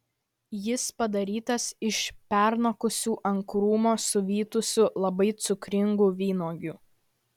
jis padarytas iš pernokusių ir ant krūmo suvytusių labai cukringų vynuogių